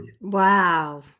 Wow